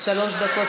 שלוש דקות